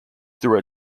through